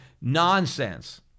nonsense